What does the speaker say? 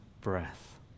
breath